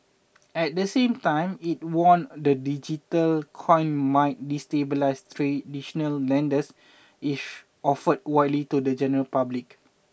at the same time it warned the digital coins might destabilise traditional lenders if offered widely to the general public